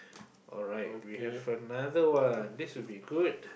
alright we have another one this would be good